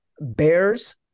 Bears